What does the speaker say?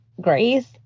grace